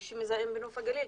ומי שמזהם בחוף הגליל,